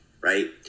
right